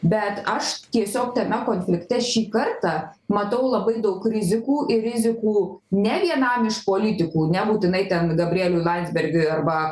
bet aš tiesiog tame konflikte šį kartą matau labai daug rizikų ir rizikų ne vienam iš politikų nebūtinai ten gabrieliui landsbergiui arba